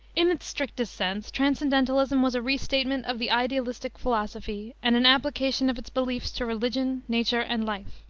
in its strictest sense transcendentalism was a restatement of the idealistic philosophy, and an application of its beliefs to religion, nature, and life.